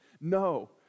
No